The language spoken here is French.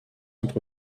entre